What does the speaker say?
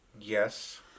Yes